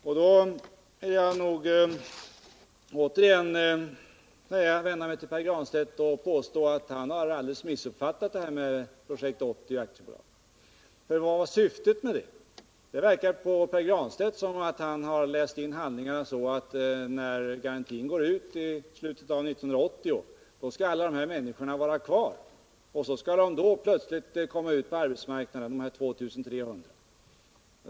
Där vill jag nog återigen vända mig till Pär Granstedt och påstå att han alldeles har missuppfattat Projekt 80 AB. Vad var nämligen syftet? Det verkar på Pär Granstedt som om han har läst i handlingarna att när garantin går ut i slutet av 1980, då skall alla dessa människor finnas kvar och då skall de plötsligt komma ut på arbetsmarknaden, alla dessa 2 300.